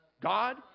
God